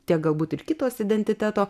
tiek galbūt ir kitos identiteto